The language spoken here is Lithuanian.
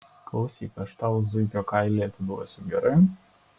klausyk aš tau zuikio kailį atiduosiu gerai